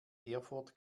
erfurt